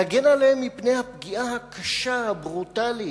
להגן עליהם מפני הפגיעה הקשה, הברוטלית,